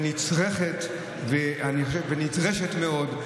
נצרכת ונדרשת מאוד.